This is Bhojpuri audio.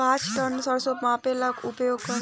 पाँच टन सरसो मापे ला का उपयोग करी?